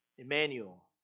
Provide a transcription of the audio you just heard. Emmanuel